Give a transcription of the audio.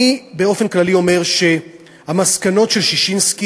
אני באופן כללי אומר שהמסקנות של ששינסקי